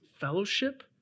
fellowship